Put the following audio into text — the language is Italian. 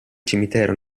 cimitero